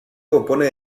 compone